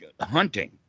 hunting